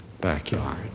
backyard